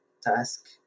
task